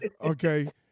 Okay